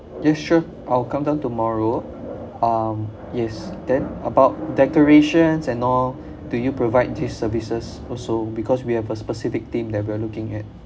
yes sure I'll come down tomorrow um yes then about decorations and all do you provide these services also because we have a specific theme that we're looking at